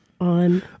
on